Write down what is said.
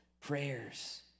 prayers